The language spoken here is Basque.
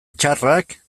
txarrak